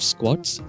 Squats